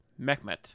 Mehmet